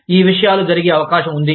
ఈ విషయాలు జరిగే అవకాశం ఉంది